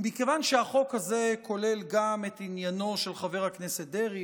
כיוון שהחוק הזה כולל גם את עניינו של חבר הכנסת דרעי,